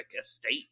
estate